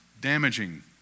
damaging